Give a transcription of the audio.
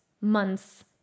months